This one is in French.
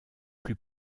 plus